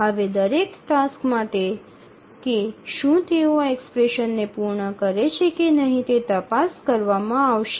હવે દરેક ટાસ્ક માટે કે શું તેઓ આ એક્સપ્રેશનને પૂર્ણ કરે છે કે નહીં તેની તપાસ કરવામાં આવશે